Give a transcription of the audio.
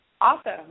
Awesome